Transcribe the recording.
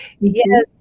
Yes